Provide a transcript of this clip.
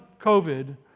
COVID